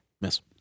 miss